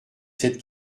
cette